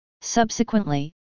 Subsequently